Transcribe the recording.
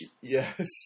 Yes